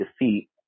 defeat